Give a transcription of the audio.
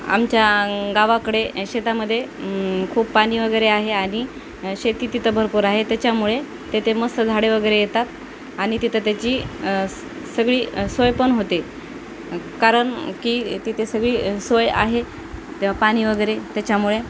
आमच्या गावाकडे शेतामध्ये खूप पाणी वगैरे आहे आणि शेती तिथं भरपूर आहे त्याच्यामुळे तेथे मस्त झाडे वगैरे येतात आणि तिथं त्याची स सगळी सोय पण होते कारण की तिथे सगळी सोय आहे पाणी वगैरे त्याच्यामुळे